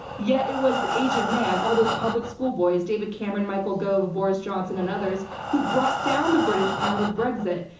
yet it was the age of man. all those public school boys, david cameron, michael gove, boris johnson, and others who brought down the british pound with brexit.